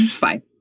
Bye